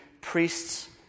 priests